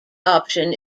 option